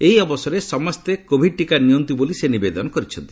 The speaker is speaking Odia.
ଏହି ଅବସରରେ ସମସ୍ତେ କୋଭିଡ୍ ଟିକା ନିଅନ୍ତୁ ବୋଲି ସେ ନିବେଦନ କରିଛନ୍ତି